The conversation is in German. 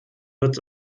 wird